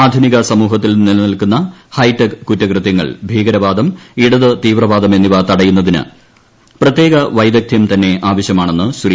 ആധുനിക സമൂഹത്തിൽ നിലനിൽക്കുന്ന് ഹൈടെക് കുറ്റകൃതൃങ്ങൾ ഭീകരവാദം ഇടതു തീവ്രവ്വാദം എന്നിവ തടയുന്നതിന് പ്രത്യേക വൈദഗ്ധൃം തന്നെ ആവശ്യമാണെന്ന് ശ്രീ